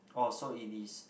oh so it is